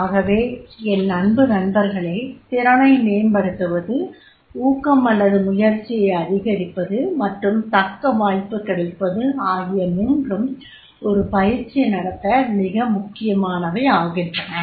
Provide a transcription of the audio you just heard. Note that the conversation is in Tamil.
ஆகவே என் அன்பு நண்பர்களே திறனை மேம்படுத்துவது ஊக்கம் அல்லது முயற்சியை அதிகரிப்பது மற்றும் தக்க வாய்ப்பு கிடைப்பது ஆகிய மூன்றும் ஒரு பயிற்சி நடத்த மிக முக்கியமானவையாகின்றன